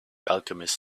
alchemist